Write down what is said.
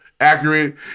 accurate